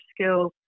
skill